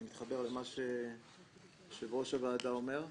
אני מתחבר למה שיושב-ראש הוועדה אומר.